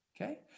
Okay